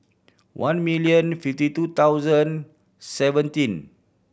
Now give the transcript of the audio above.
one million fifty two thousand seventeen